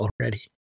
already